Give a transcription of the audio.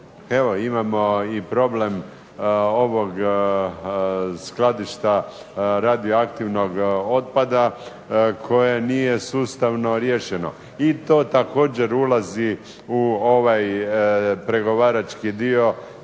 evo imamo i problem ovog skladišta radioaktivnog otpada koje nije sustavno riješeno, i to također ulazi u ovaj pregovarački dio